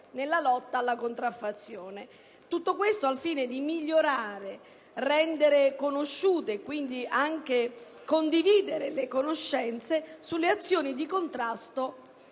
nella lotta alla contraffazione. Tutto questo al fine di migliorare e di condividere le conoscenze sulle azioni di contrasto